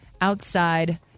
outside